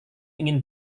ingin